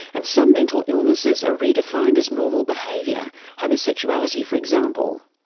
and some mental illnesses are redefined as normal behaviour homosexuality, for example.